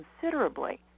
considerably